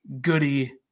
Goody